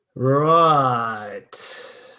Right